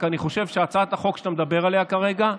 אני חושב רק שהצעת החוק שאתה מדבר עליה כרגע,